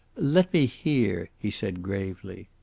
let me hear, he said gravely.